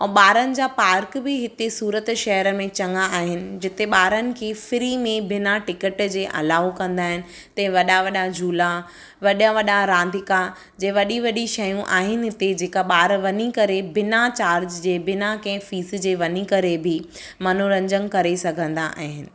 ऐं ॿारनि जा पार्क बि हिते सूरत शहर में चङा आहिनि जिते ॿारनि की फ्री में बिना टिकट जे अलाउ कंदा आहिनि हुते वॾा वॾा झूला वॾा वॾा रांदीका जंहिं वॾी वॾी शयूं आहिनि हिते जेका ॿार वञी करे बिना चार्ज जे बिना कंहिं फीस जे वञी करे बि मनोरंजन करे सघंदा आहिनि